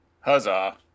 Huzzah